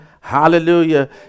Hallelujah